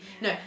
no